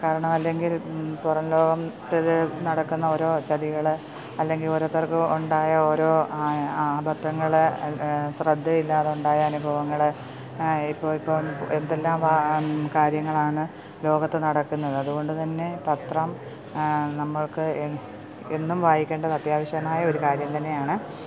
കാരണം അല്ലെങ്കിൽ പുറംലോകത്തിൽ നടക്കുന്ന ഓരോ ചതികള് അല്ലെങ്കില് ഒരോരുത്തർക്കുണ്ടായ ഓരോ അ അബദ്ധങ്ങൾ ശ്രദ്ധയില്ലാതുണ്ടായ അനുഭവങ്ങള് ഇപ്പോള് ഇപ്പോള് എന്തെല്ലാം കാര്യങ്ങളാണ് ലോകത്ത് നടക്കുന്നത് അതുകൊണ്ടുതന്നെ പത്രം നമ്മള്ക്ക് എന്നും വായിക്കേണ്ടത് അത്യാവശ്യമായ ഒരു കാര്യം തന്നെയാണ്